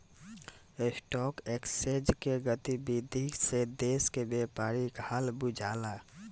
stock exchange के गतिविधि से देश के व्यापारी के हाल बुझला